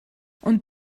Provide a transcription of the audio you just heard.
und